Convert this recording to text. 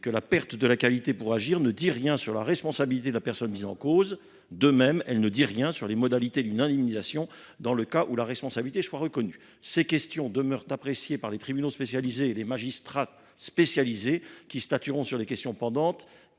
que la perte de la qualité pour agir ne dit rien sur la responsabilité de la personne mise en cause. De même, elle ne dit rien sur les modalités d’une indemnisation dans le cas où la responsabilité serait reconnue. Ces questions seront appréciées par les tribunaux. Les magistrats spécialisés, qui statueront sur les questions pendantes,